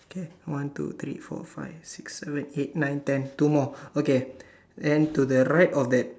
okay one two three four five six seven eight nine ten two more okay then to the right of that